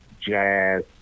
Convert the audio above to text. jazz